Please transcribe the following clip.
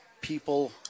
people